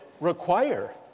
require